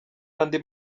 andi